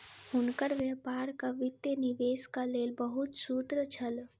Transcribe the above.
हुनकर व्यापारक वित्तीय निवेशक लेल बहुत सूत्र छल